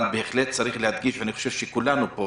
אבל בהחלט צריך להדגיש, ואני חושב שכולנו פה